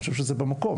אני חושב שזה במקום,